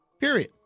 Period